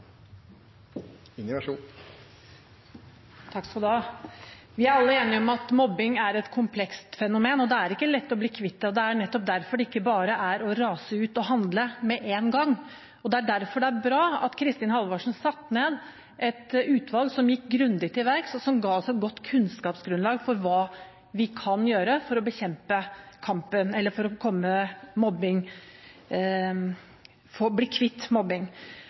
alle enige om at mobbing er et komplekst fenomen, og det er ikke lett å bli kvitt det. Det er nettopp derfor det ikke bare er å rase ut og handle med en gang, og det er derfor det er bra at Kristin Halvorsen satte ned et utvalg som gikk grundig til verks, og som ga oss et godt kunnskapsgrunnlag for hva vi kan gjøre for å bli kvitt mobbing. Mobbesaker er komplekse, og derfor er det ingen lett måte å bli kvitt